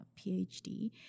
PhD